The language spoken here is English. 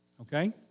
Okay